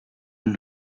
een